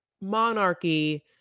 monarchy